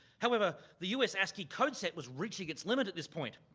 however, the us ascii code set was reaching its limit at this point.